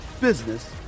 business